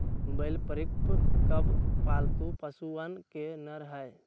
बैल परिपक्व, पालतू पशुअन के नर हई